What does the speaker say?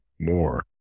more